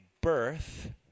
birth